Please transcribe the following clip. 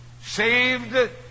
Saved